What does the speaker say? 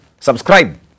subscribe